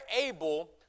able